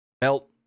belt